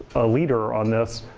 leader on this,